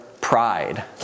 pride